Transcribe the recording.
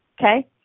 Okay